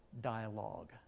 dialogue